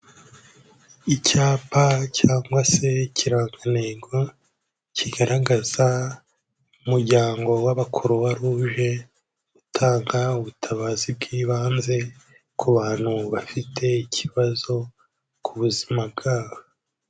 Icyapa cyangwa se ikirangantego kigaragaza umuryango w'aba Croix Rouge, utanga ubutabazi bw'ibanze ku bantu bafite ikibazo ku buzima bwabo.